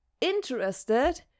interested